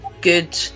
good